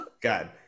God